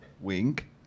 Wink